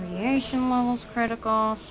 radiation levels critical.